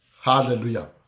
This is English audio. Hallelujah